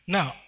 Now